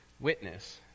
witness